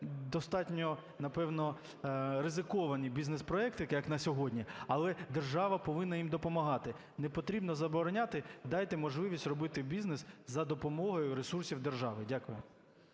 достатньо, напевно, ризиковані бізнес-проекти, як на сьогодні, але держава повинна їм допомагати. Не потрібно забороняти, дайте можливість робити бізнес за допомогою ресурсів держави. Дякую.